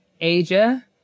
asia